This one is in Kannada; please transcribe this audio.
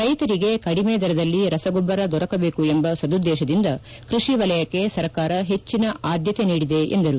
ರೈತರಿಗೆ ಕಡಿಮೆ ದರದಲ್ಲಿ ರಸಗೊಬ್ಬರ ದೊರಕಬೇಕು ಎಂಬ ಸದುದ್ದೇಶದಿಂದ ಕೃಷಿ ವಲಯಕ್ಕೆ ಸರ್ಕಾರ ಪೆಟ್ಟನ ಆದ್ಗತೆ ನೀಡಿದೆ ಎಂದರು